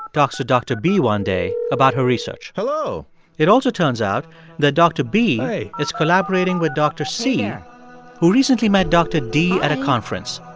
talks to doctor b one day about her research hello it also turns out that dr. b is collaborating with dr. c yeah who recently met dr. d at a conference.